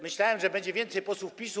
Myślałem, że będzie więcej posłów PiS-u.